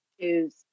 choose